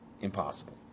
impossible